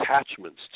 attachments